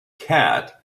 cat